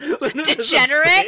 Degenerate